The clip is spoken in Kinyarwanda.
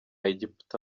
egiputa